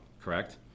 correct